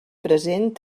present